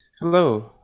Hello